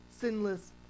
sinless